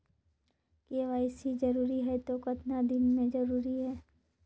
KYC जरूरी हे तो कतना दिन मे जरूरी है?